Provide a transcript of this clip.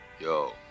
Yo